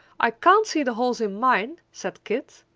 i can't see the holes in mine, said kit.